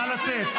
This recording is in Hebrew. נא לצאת.